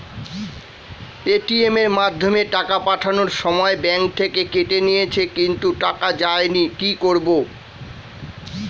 Paytm এর মাধ্যমে টাকা পাঠানোর সময় ব্যাংক থেকে কেটে নিয়েছে কিন্তু টাকা যায়নি কি করব?